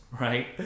right